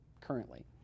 currently